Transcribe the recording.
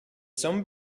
some